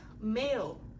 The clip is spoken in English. male